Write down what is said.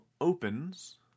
opens